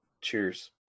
cheers